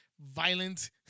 violent